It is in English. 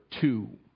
two